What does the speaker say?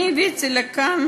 אני הבאתי לכאן